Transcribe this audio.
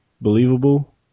believable